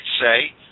say